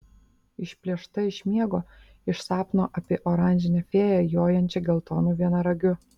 išplėšta iš miego iš sapno apie oranžinę fėją jojančią geltonu vienaragiu